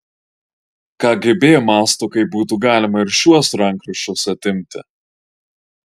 kgb mąsto kaip būtų galima ir šiuos rankraščius atimti